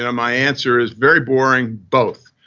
ah my answer is very boring, both.